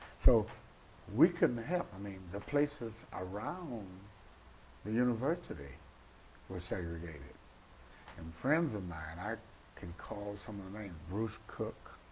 so we couldn't help, i mean the places around um the university were segregated and friends of mine i can call some of the names bruce cook,